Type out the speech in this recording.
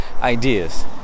ideas